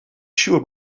siŵr